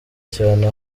cyane